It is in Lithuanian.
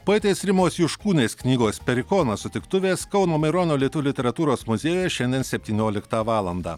poetės rimos juškūnės knygos perikonas sutiktuvės kauno maironio lietuvių literatūros muziejuje šiandien septynioliktą valandą